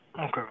okay